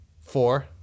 Four